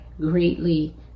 greatly